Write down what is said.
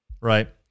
Right